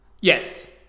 Yes